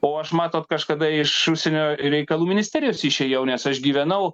o aš matot kažkada iš užsienio reikalų ministerijos išėjau nes aš gyvenau